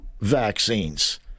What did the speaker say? vaccines